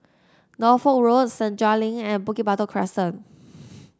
Norfolk Road Senja Link and Bukit Batok Crescent